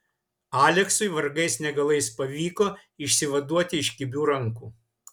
aleksui vargais negalais pavyko išsivaduoti iš kibių rankų